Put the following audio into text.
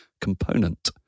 component